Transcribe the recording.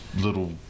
little